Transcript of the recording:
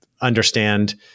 understand